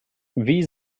wie